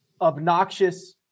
obnoxious